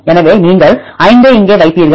எனவே நீங்கள் 5 ஐ இங்கே வைத்தீர்கள்